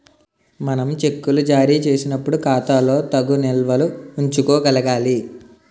మనం చెక్కులు జారీ చేసినప్పుడు ఖాతాలో తగు నిల్వలు ఉంచుకోగలగాలి